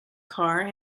car